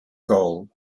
gold